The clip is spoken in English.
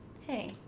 hey